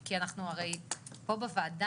כי אנחנו הרי פה בוועדה,